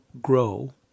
grow